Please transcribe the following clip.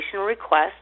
request